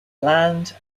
land